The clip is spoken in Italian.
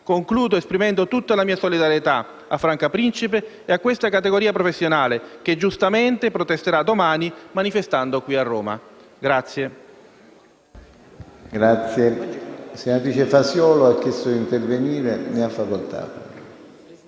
Concludo esprimendo tutta la mia solidarietà a Franca Principe e a questa categoria professionale che giustamente protesterà domani manifestando qui a Roma.